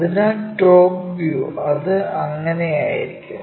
അതിനാൽ top view അത് അങ്ങനെയായിരിക്കും